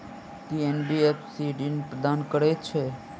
की NBFC ऋण प्रदान करे है?